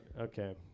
Okay